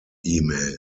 email